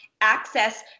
access